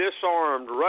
disarmed